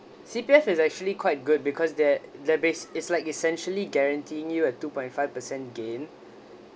C_P_F is actually quite good because that their base is like essentially guaranteed you a two point five per cent gain